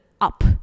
up